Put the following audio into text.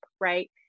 right